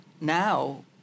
now